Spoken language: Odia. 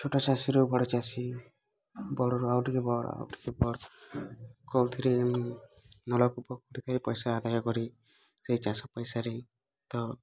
ଛୋଟ ଚାଷୀରୁ ବଡ଼ ଚାଷୀ ବଡ଼ରୁ ଆଉ ଟିକେ ବଡ଼ ଆଉ ଟିକେ ବଡ଼ କେଉଁଥିରେ ନଳକୂପ ପଇସା ଆଦାୟ କରି ସେ ଚାଷ ପଇସାରେ ତ